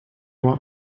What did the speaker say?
want